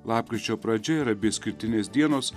lapkričio pradžia yra bei išskirtinės dienos